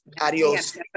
adios